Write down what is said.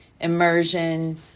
immersion